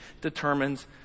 determines